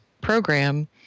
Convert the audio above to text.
program